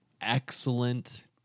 excellent